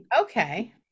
Okay